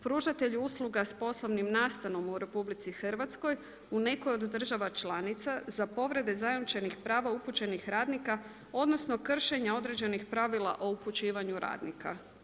Pružatelju usluga s poslovnom nastanom u RH u nekoj od država članica, za povrede zajamčenih prava upućenih radnika, odnosno kršenje određenih pravila o upućivanju radnika.